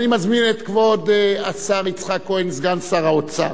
אני מזמין את כבוד השר יצחק כהן, סגן שר האוצר,